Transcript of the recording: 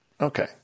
okay